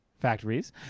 factories